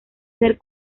ser